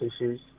issues